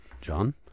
John